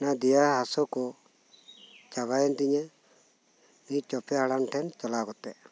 ᱱᱚᱣᱟ ᱫᱮᱭᱟ ᱦᱟᱥᱩ ᱠᱚ ᱪᱟᱵᱟᱭᱮᱱ ᱛᱤᱧᱟᱹ ᱩᱱᱤ ᱪᱚᱯᱮ ᱦᱟᱲᱟᱢ ᱴᱷᱮᱱ ᱪᱟᱞᱟᱣ ᱠᱟᱛᱮ